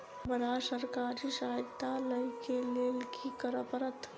हमरा सरकारी सहायता लई केँ लेल की करऽ पड़त?